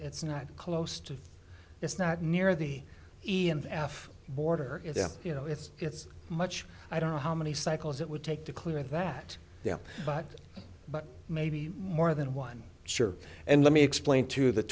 it's not close to it's not near the e m f border you know it's it's much i don't know how many cycles it would take to clear that the up but but maybe more than one sure and let me explain to the